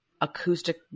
acoustic